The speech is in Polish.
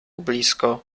blisko